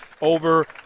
over